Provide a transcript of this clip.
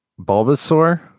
Bulbasaur